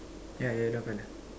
yeah yellow colour